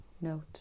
note